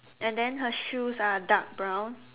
and then her shoes are dark brown